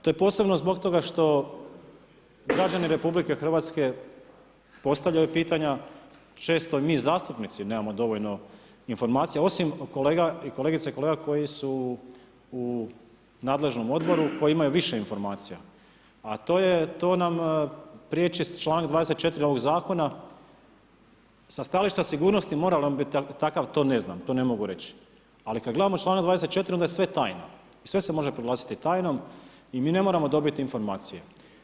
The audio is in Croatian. To je posebno zbog toga što građani RH postavljaju pitanja, često i mi zastupnici nemamo dovoljno informacija, osim kolegica i kolega koji su u nadležnom odboru koji imaju više informacija, a to nam prijeći članak 24 ovog zakona sa stajališta sigurnosti ... to ne znam, to ne mogu reći, ali kad gledamo članak 24 onda je sve tajna, sve se može proglasiti tajnom i mi ne moramo dobiti informacije.